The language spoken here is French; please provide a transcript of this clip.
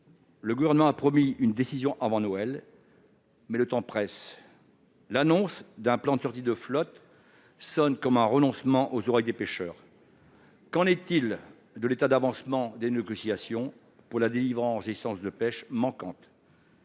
Le Gouvernement a promis une décision avant Noël, mais le temps presse. L'annonce d'un plan de sortie de flotte sonne comme un renoncement aux oreilles des pêcheurs. Qu'en est-il de l'état d'avancement des négociations pour la délivrance des licences de pêche manquantes ?